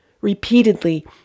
Repeatedly